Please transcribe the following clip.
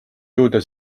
jõuda